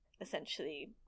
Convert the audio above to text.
essentially